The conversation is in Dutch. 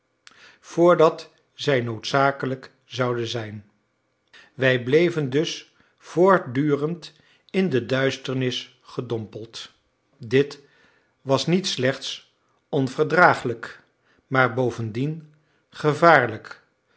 voordat zij noodzakelijk zouden zijn wij bleven dus voortdurend in de duisternis gedompeld dit was niet slechts onverdraaglijk maar bovendien gevaarlijk